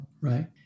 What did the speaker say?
right